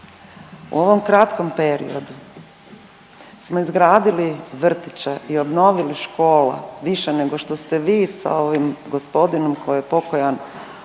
u ovom kratkom periodu smo izgradili vrtiće i obnovili škola više nego što ste vi sa ovim gospodinom koji je pokojan